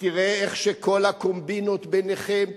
יראה איך כל הקומבינות ביניכם,